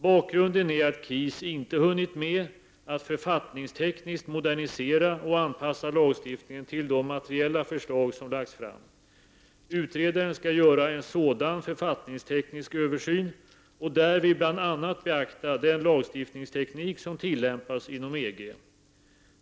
Bakgrunden är att KIS inte hunnit med att författningstekniskt modernisera och anpassa lagstiftningen till de materiella förslag som lagts fram. Utredaren skall göra en sådan författningsteknisk översyn, och därvid bl.a. beakta den lagstiftningsteknik som tillämpas inom EG.